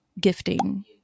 gifting